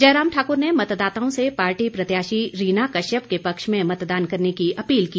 जयराम ठाकुर ने मतदाताओं से पार्टी प्रत्याशी रीना कश्यप के पक्ष में मतदान करने की अपील की